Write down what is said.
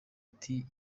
ati